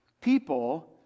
people